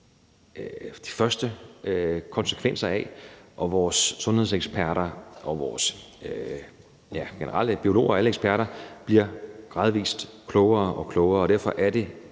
de første konsekvenser af. Vores sundhedseksperter, vores biologer og generelt alle eksperter bliver gradvis klogere og klogere, og derfor er det